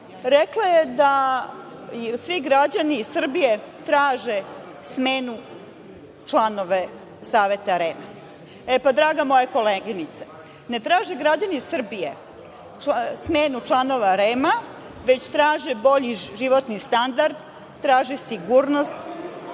politici, da svi građani Srbije traže smenu članova Saveta REM.Draga moja koleginice, ne traže građani Srbije smenu članova REM, već traže bolji životni standard, traže sigurnost,